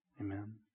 Amen